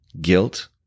guilt